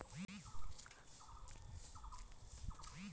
নানান কালত শস্যক তার সমায় অনুযায়ী পোতের পাইলে শস্যর মইধ্যে প্রতিযোগিতা কম হয়